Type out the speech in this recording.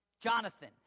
Jonathan